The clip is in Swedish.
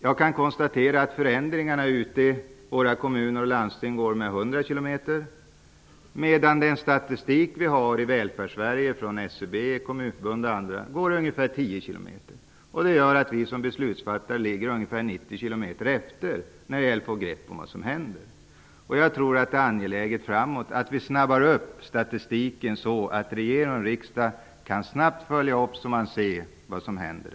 Jag kan konstatera att förändringarna i våra kommuner och landsting går med en fart av 100 km i timman, medan den statistik vi har av Välfärdssverige från SCB och Kommunförbundet går i en fart av 10 km i timman. Det gör att vi beslutsfattare ligger ungefär 90 km efter när det gäller att få grepp om vad som händer. Jag tror att det är angeläget att för framtiden få fram statistiken snabbare så att regeringen och riksdagen snabbt kan följa upp vad som händer.